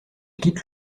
quitte